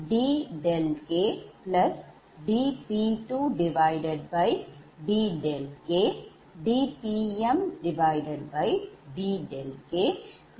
இவ்வாறு எழுதலாம்